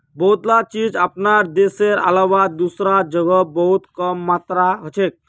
बहुतला चीज अपनार देशेर अलावा दूसरा जगह बहुत कम मात्रात हछेक